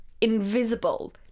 invisible